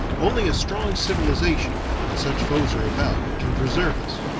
only a strong civilization, when such foes are about, can preserve us.